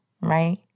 right